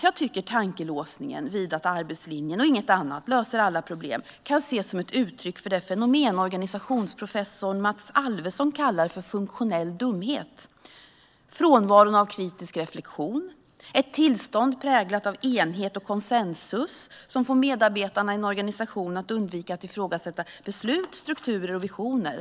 Jag tycker att tankelåsningen vid att arbetslinjen och inget annat löser alla problem kan ses som ett uttryck för det fenomen som organisationsprofessor Mats Alvesson kallar för funktionell dumhet. Det kännetecknas av frånvaron av kritisk reflektion och är ett tillstånd präglat av enighet och konsensus som får medarbetarna i en organisation att undvika att ifrågasätta beslut, strukturer och visioner.